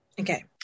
okay